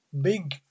big